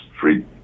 free